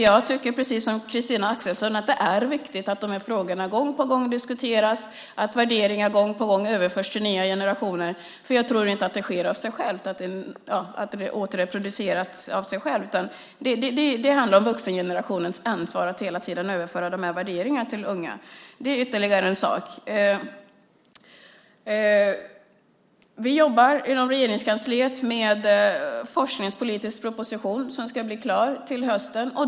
Jag tycker precis som Christina Axelsson att det är viktigt att de här frågorna gång på gång diskuteras, att värderingarna gång på gång överförs till nya generationer, för jag tror inte att de reproduceras av sig själva, utan det handlar om vuxengenerationens ansvar att hela tiden överföra de här värderingarna till unga. Det är ytterligare en sak. Vi jobbar inom Regeringskansliet med en forskningspolitisk proposition som ska bli klar till hösten.